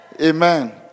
Amen